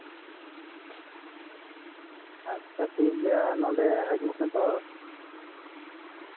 ᱟᱪᱪᱷᱟ ᱴᱷᱤᱠᱜᱮᱭᱟ ᱱᱚᱸᱰᱮ ᱦᱤᱡᱩᱜ ᱯᱮᱛᱚ